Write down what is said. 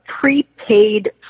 prepaid